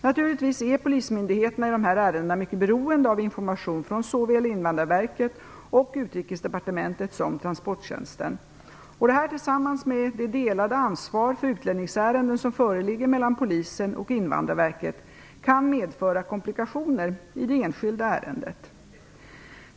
Naturligtvis är polismyndigheterna i dessa ärenden mycket beroende av information från såväl Invandrarverket och Utrikesdepartementet som Transporttjänsten. Detta tillsammans med det delade ansvar för utlänningssärendena som föreligger mellan polisen och Invandrarverket kan medföra komplikationer i det enskilda ärendet.